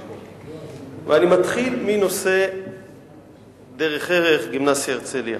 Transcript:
ואני מתחיל מנושא "דרך ערך" גימנסיה "הרצליה".